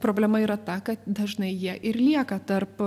problema yra ta kad dažnai jie ir lieka tarp